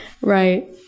Right